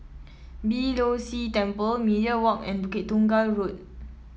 Beeh Low See Temple Media Walk and Bukit Tunggal Road